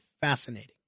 fascinating